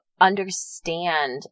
understand